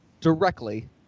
directly